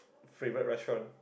favourite restaurant